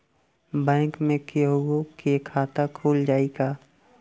Bank में केहूओ के खाता खुल जाई का?